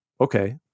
Okay